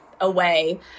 away